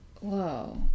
Whoa